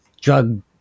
drug